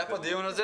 היה פה דיון על זה,